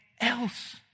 else